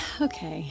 okay